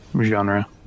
genre